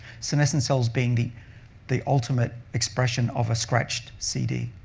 senescent cells being the the ultimate expression of a scratched cd.